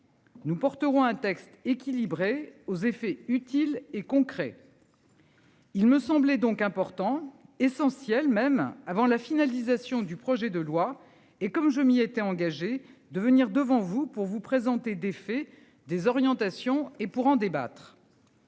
nous porterons un texte équilibré aux effets utiles et concrets.-- Il me semblait donc important essentiel même avant la finalisation du projet de loi et comme je m'y étais engagé de venir devant vous pour vous présenter des faits des orientations et pour en débattre.--